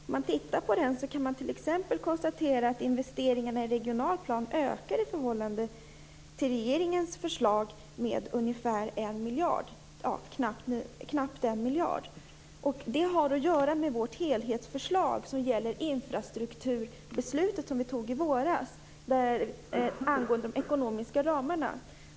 Om man tittar på den kan man t.ex. konstatera att investeringarna i regional plan i förhållande till regeringens förslag ökar med knappt 1 miljard. Detta har att göra med Miljöpartiets helhetsförslag som gäller det infrastrukturbeslut som fattades i våras, och som gällde de ekonomiska ramarna.